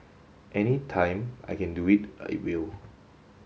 any time I can do it I will